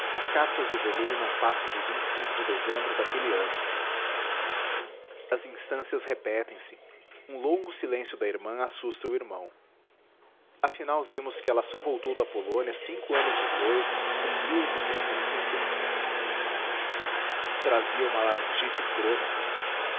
as cartas do volume não passam de de dezembro daquele ano as instâncias repetem se um longo silêncio da irmã assusta o irmão afinal vimos que ela só voltou da polônia cinco anos depois em razia uma laringite crônica